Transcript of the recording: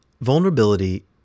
Vulnerability